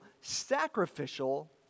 sacrificial